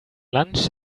lunch